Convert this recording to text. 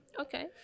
Okay